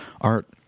art